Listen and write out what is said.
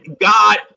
God